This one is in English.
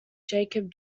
jacob